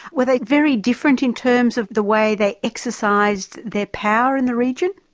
were they very different in terms of the way they exercised their power in the region?